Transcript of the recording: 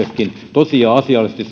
tosiasiallisesti